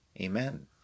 Amen